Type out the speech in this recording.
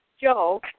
Joe